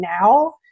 now